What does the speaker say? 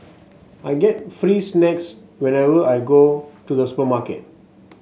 I get free snacks whenever I go to the supermarket